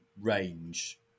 range